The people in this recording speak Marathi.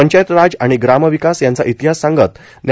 पंचायतराज आणि ग्रामविकास यांचा इतिहास सांगत न्या